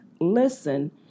listen